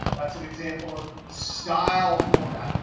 that's an example of style format.